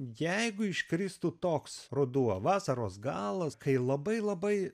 jeigu iškristų toks ruduo vasaros galas kai labai labai